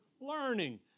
learning